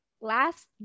last